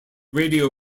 radio